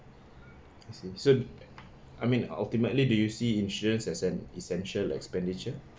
I see so I mean ultimately do you see insurance as an essential expenditure